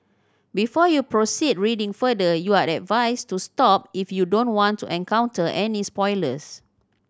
before you proceed reading further you are advised to stop if you don't want to encounter any spoilers